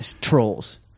trolls